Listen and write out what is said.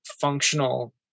functional